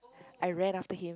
I ran after him